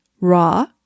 Raw